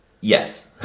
yes